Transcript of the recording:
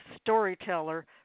storyteller